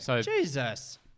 Jesus